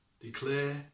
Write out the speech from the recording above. Declare